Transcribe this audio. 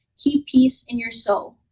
keep peace in your soul.